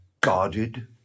guarded